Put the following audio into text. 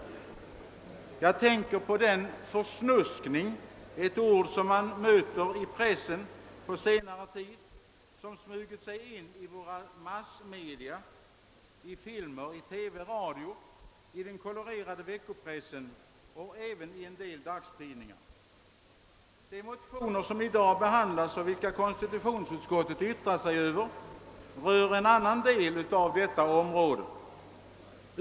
Jag tänker på den »försnuskning» — ett ord som man mött i pressen på senare tid — som smugit sig in i våra massmedia, såsom filmer, TV och radio, i den kolorerade veckopressen och även i en del dagstidningar. De motioner som i dag behandlas och som konstitutionsutskottet yttrat sig över rör en annan del av detta område.